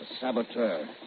saboteur